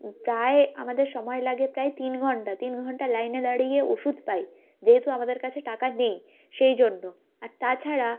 প্রায় আমাদের সময় লাগে প্রায় তিন ঘণ্টা তিন ঘণ্টা লাইনে দাঁড়িয়ে ওষুধ পাই যেহেতু আমাদের কাছে টাকা নেই সেই জন্য আর তাছাড়া